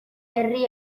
herri